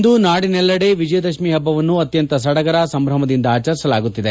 ಇಂದು ನಾದಿನೆಲ್ಲೆಡೆ ವಿಜಯದಶಮಿ ಹಬ್ಬವನ್ನು ಅತ್ಯಂತ ಸದಗರ ಸಂಭ್ರಮದಿಂದ ಆಚರಿಸಲಾಗುತ್ತಿದೆ